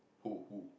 who who